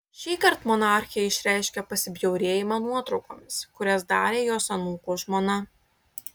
šįkart monarchė išreiškė pasibjaurėjimą nuotraukomis kurias darė jos anūko žmona